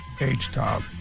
H-Top